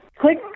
Click